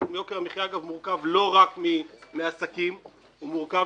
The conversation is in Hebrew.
יוקר המחיה מורכב לא רק מעסקים אלא הוא מורכב